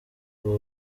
ubu